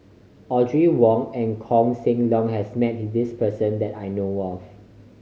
Audrey Wong and Koh Seng Leong has met this person that I know of